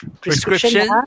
prescription